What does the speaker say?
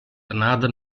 another